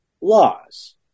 laws